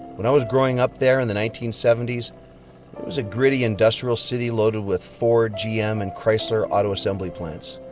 when i was growing up there in the nineteen seventy s it was a gritty industrial city loaded with ford, gm, and chrysler auto assembly plants.